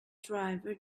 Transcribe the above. driver